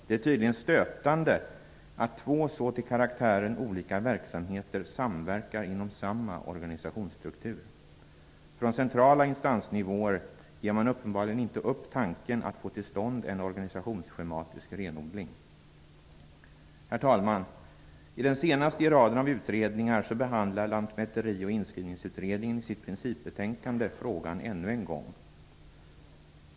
Det är tydligen stötande att två så till karaktären olika verksamheter samverkar inom samma organisationsstruktur. Från centrala instansnivåer ger man uppenbarligen inte upp tanken att få till stånd en organisationsschematisk renodling. Herr talman! I den senaste i raden av utredningar behandlar Lantmäteri och inskrivningsutredningen i sitt principbetänkande frågan ännu en gång.